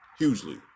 hugely